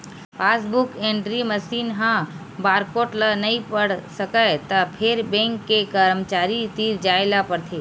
passbook entry machine ह barcode ल नइ पढ़ सकय त फेर बेंक के करमचारी तीर जाए ल परथे